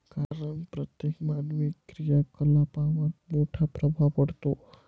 कारण प्रत्येक मानवी क्रियाकलापांवर मोठा प्रभाव पडतो